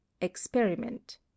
experiment